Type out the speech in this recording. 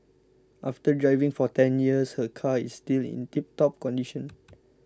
after driving for ten years her car is still in tiptop condition